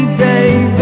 baby